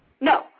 No